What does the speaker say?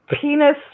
penis